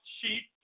sheep